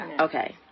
Okay